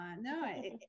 no